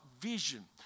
vision